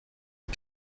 est